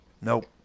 nope